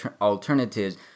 alternatives